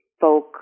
folk